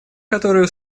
которую